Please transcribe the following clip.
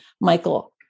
Michael